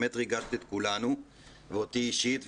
באמת ריגשת את כולנו ואותי אישית,